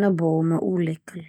nabo ma ulek kal.